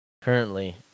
currently